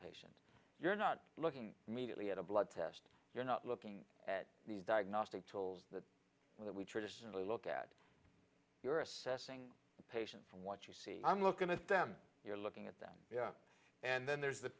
patient you're not looking immediately at a blood test you're not looking at these diagnostic tools that we traditionally look at you're assessing patients from what you see i'm looking at them you're looking at them and then there's the